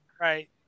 right